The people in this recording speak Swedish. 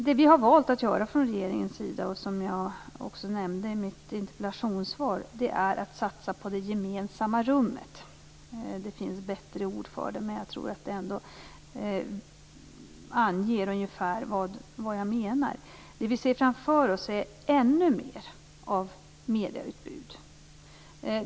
Vad vi har valt att göra från regeringens sida är, som jag nämner i mitt interpellationssvar, en satsning på det gemensamma rummet. Det finns bättre ord för det men jag tror att det här begreppet säger ungefär vad jag menar. Framför oss ser vi ett ännu större medieutbud.